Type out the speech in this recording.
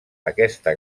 aquesta